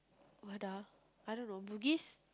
what ah I don't know bugis